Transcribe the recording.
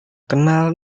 kenal